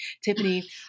Tiffany